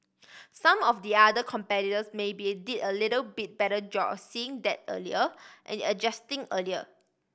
some of the other competitors maybe did a little bit better job of seeing that earlier and adjusting earlier